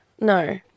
No